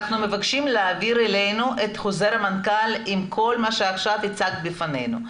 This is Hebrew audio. אנחנו מבקשים להעביר אלינו את חוזר המנכ"ל עם כל מה שעכשיו הצגת בפנינו.